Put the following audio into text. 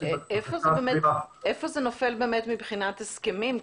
איפה זה נופל מבחינת הסכמים?